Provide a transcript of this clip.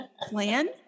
plan